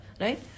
Right